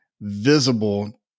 visible